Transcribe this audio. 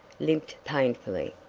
limped painfully.